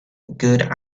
good